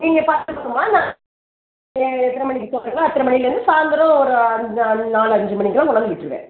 நீங்கள் பார்த்துக்கோங்கம்மா நான் எத்தனை மணிக்கு சொல்லுறீங்களோ அத்தனை மணியிலேருந்து சாய்ந்தரம் ஒரு அஞ்சு நாலு அஞ்சு மணிக்கெல்லாம் கொண்டாந்து விட்டுருவேன்